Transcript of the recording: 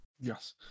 Yes